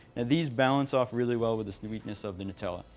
and these balance off really well with the sweetness of the nutella.